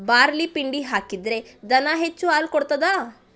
Barley ಪಿಂಡಿ ಹಾಕಿದ್ರೆ ದನ ಹೆಚ್ಚು ಹಾಲು ಕೊಡ್ತಾದ?